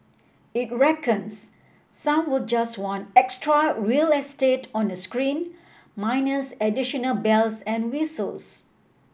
it reckons some will just want extra real estate on a screen minus additional bells and whistles